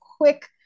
quick